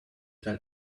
tell